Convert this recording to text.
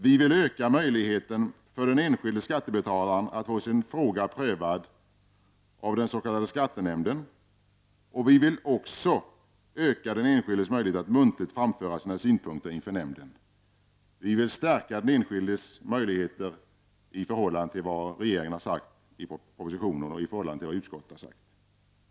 Vi vill öka möjligheten för den enskilde skattebetalaren att få sin fråga prövad av den s.k. skattenämnden, och vi vill också öka den enskildes möjlighet att muntligt framföra sina synpunkter inför nämnden. I förhållande till vad regeringen har sagt i propositionen och i förhållande till vad utskottet har sagt vill vi öka den enskildes möjligheter.